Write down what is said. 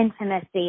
intimacy